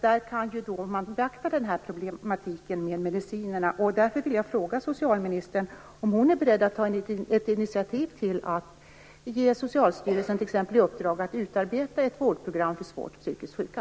Där kunde man beakta problematiken med medicinerna. Därför vill jag fråga socialministern om hon är beredd att ta ett initiativ till att ge t.ex. Socialstyrelsen i uppdrag att utarbeta ett vårdprogram för svårt psykiskt sjuka.